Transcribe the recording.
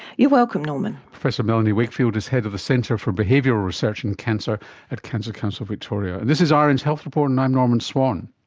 you're welcome norman. professor melanie wakefield is head of the centre for behavioural research in cancer at cancer council victoria. and this is ah rn's health report and i'm norman swan.